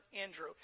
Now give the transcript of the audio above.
Andrew